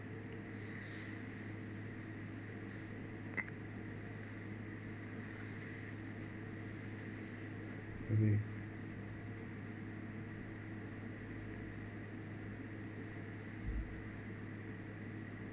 mm